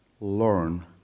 learn